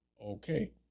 okay